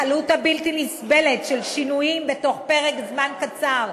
הקלות הבלתי-נסבלת של שינויים בתוך פרק זמן קצר,